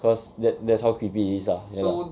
cause that's how creepy it is lah ya